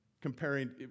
Comparing